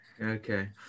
Okay